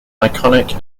iconic